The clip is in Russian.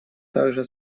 также